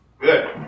Good